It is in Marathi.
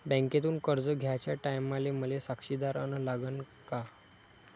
बँकेतून कर्ज घ्याचे टायमाले मले साक्षीदार अन लागन का?